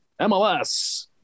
MLS